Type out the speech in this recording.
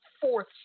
fourth